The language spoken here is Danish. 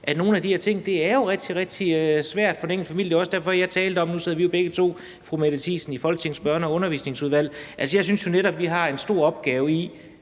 nogle af de her ting jo er rigtig, rigtig svære for den enkelte familie. Nu sidder fru Mette Thiesen og jeg jo begge to i Folketingets Børne- og Undervisningsudvalg. Altså, jeg synes jo netop, at vi har en stor opgave i